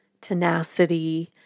tenacity